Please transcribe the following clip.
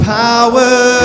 power